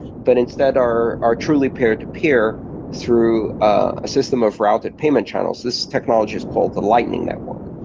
but instead are are truly peer-to-peer through a system of routed payment channels. this technology is called the lightning network,